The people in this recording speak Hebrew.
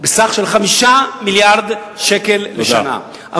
בסך 5 מיליארד שקל בשנה,